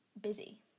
busy